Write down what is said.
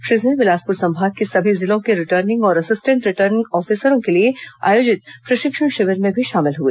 श्री सिंह बिलासपुर संभाग के सभी जिलों के रिटर्निंग और असिस्टेंट रिटर्निंग ऑफिसरों के लिए आयोजित प्रशिक्षण शिविर में भी शामिल हुए